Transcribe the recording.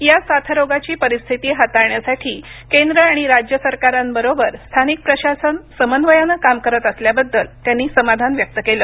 या साथरोगाची परिस्थिती हाताळण्यासाठी केंद्र आणि राज्य सरकारांबरोबर स्थानिक प्रशासन समन्वयानं काम करत असल्याबद्दल त्यांनी समाधान व्यक्त केलं